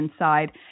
inside